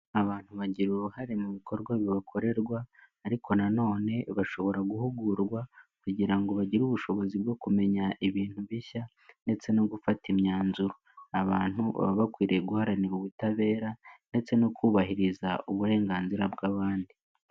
Abantu bagira uruhare mu bikorwa bibakorerwa ariko nanone bashobora guhugurwa kugira ngo bagire ubushobozi bwo kumenya ibintu bishya, ndetse no gufata imyanzuro abantu baba bakwiriye guharanira ubutabera, ndetse no kubahiriza uburenganzira bw'abandi.